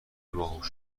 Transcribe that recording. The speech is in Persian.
باهوش